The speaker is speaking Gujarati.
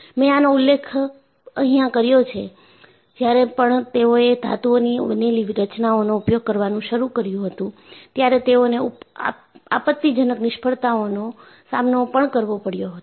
મેં આનો ઉલ્લેખ અહિયાં કર્યો છે જ્યારે પણ તેઓએ ધાતુઓથી બનેલી રચનાઓનો ઉપયોગ કરવાનું શરૂ કર્યું હતું ત્યારે તેઓને આપત્તિજનક નિષ્ફળતાઓનો સામનો પણ કરવો પડ્યો હતો